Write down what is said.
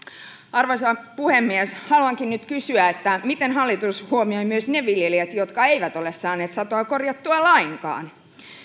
arvoisa puhemies haluankin nyt kysyä miten hallitus huomioi myös ne viljelijät jotka eivät ole saaneet satoa korjattua lainkaan